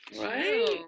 right